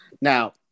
Now